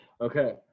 okay